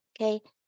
okay